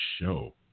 show